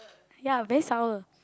ya very sour